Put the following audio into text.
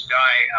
die